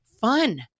fun